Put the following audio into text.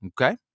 Okay